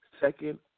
second